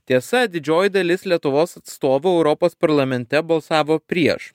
tiesa didžioji dalis lietuvos atstovų europos parlamente balsavo prieš